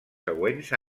següents